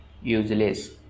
useless